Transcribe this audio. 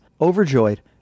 overjoyed